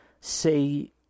say